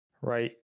right